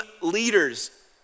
leaders